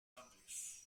amplias